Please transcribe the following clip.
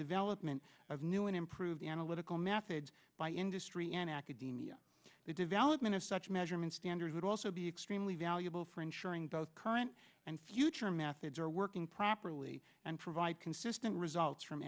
development of new and improved analytical methods by industry and academia the development of such measurement standards would also be extremely valuable for ensuring both current and future methods are working properly and provide consistent results from